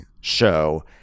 show